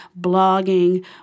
blogging